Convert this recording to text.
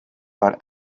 about